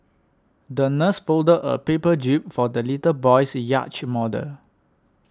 the nurse folded a paper jib for the little boy's yacht model